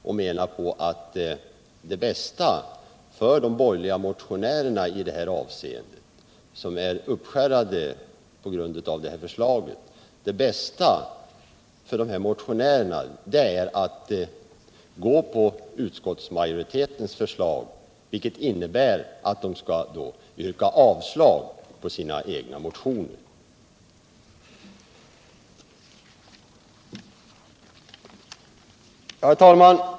Han säger att det bästa de borgerliga motionärerna, som är uppskärrade över detta förslag, kan göra är att gå på utskottsmajoritetens förslag, vilket innebär att de skall rösta emot sina egna motioner. Herr talman!